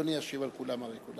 אדוני ישיב לכולם.